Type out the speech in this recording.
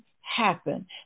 happen